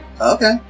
Okay